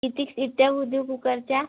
किती शिट्ट्या होऊ देऊ कुकरच्या